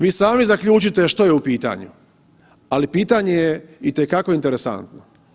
Vi sami zaključite što je u pitanju, ali pitanje je itekako interesantno.